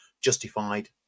Justified